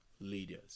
leaders